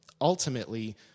Ultimately